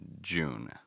June